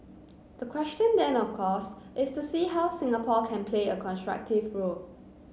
the question then of course is to see how Singapore can play a constructive role